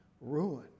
ruin